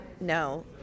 No